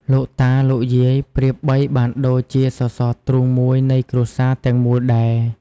លោកតា លោកយាយប្រៀបបីបានដូចជាសសរទ្រូងមួយនៃគ្រួសារទាំងមូលដែរ។